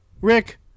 Rick